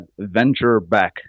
Ventureback